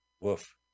woof